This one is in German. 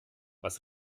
was